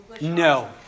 no